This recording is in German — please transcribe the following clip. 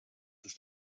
ist